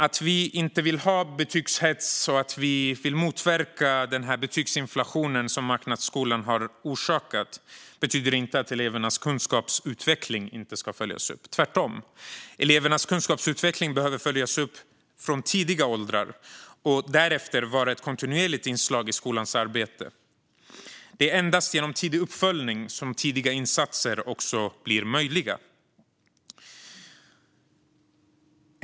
Att vi inte vill ha betygshets och att vi vill motverka den betygsinflation som marknadsskolan har orsakat betyder inte att elevernas kunskapsutveckling inte ska följas upp - tvärtom. Elevernas kunskapsutveckling behöver följas upp från tidiga åldrar. Därefter ska det vara ett kontinuerligt inslag i skolans arbete. Det är endast genom tidig uppföljning som tidiga insatser blir möjliga.